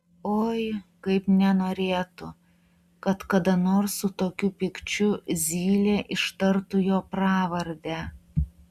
oi kaip nenorėtų kad kada nors su tokiu pykčiu zylė ištartų jo pravardę